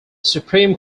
supreme